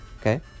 Okay